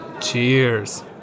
Cheers